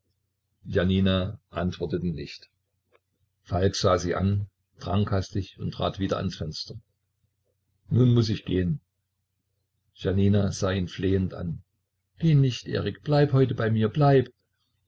janina antwortete nicht falk sah sie an trank hastig und trat wieder ans fenster nun muß ich gehen janina sah ihn flehend an geh nicht erik bleib heute bei mir bleib